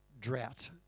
drought